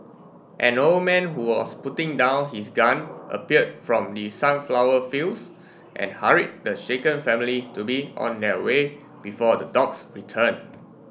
an old man who was putting down his gun appeared from the sunflower fields and hurried the shaken family to be on their way before the dogs return